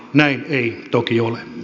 näin ei toki ole